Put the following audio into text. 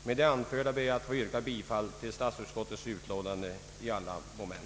Med det anförda ber jag att få yrka bifall till statsutskottets hemställan i alla moment.